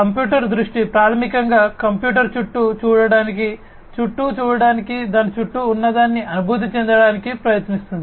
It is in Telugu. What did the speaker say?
కంప్యూటర్ దృష్టి ప్రాథమికంగా కంప్యూటర్ చుట్టూ చూడటానికి చుట్టూ చూడటానికి దాని చుట్టూ ఉన్నదాన్ని అనుభూతి చెందడానికి ప్రయత్నిస్తుంది